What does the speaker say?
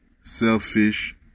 selfish